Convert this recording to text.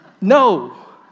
No